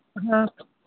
हाँ